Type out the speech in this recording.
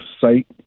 site